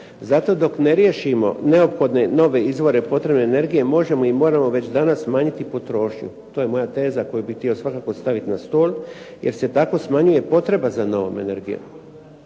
Zato dok ne riješimo neophodne nove izvore potrebne energije možemo i moramo već danas smanjiti potrošnju. To je moja teza koju bih htio svakako staviti na stol jer se tako smanjuje potreba za novom energijom.